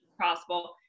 possible